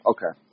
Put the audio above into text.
Okay